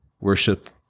worship